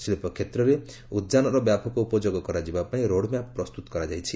ଶିଳ୍ପ କ୍ଷେତ୍ରରେ ଉଦ୍ଯାନର ବ୍ୟାପକ ଉପଯୋଗ କରାଯିବା ପାଇଁ ରୋଡ୍ମ୍ୟାପ୍ ପ୍ରସ୍ତୁତ କରାଯାଇଛି